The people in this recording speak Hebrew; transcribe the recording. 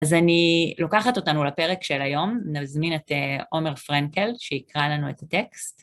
אז אני לוקחת אותנו לפרק של היום, נזמין את עומר פרנקל שיקרא לנו את הטקסט.